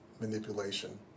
manipulation